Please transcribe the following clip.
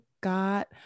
got